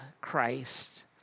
Christ